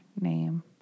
name